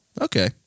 Okay